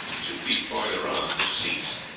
two feet farther on this ceased,